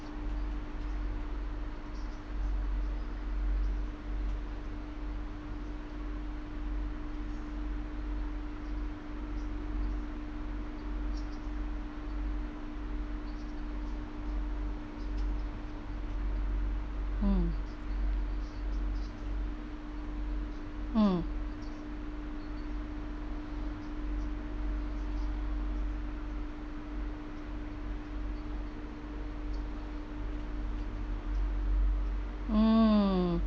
mm mm mm